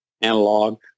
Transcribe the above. analog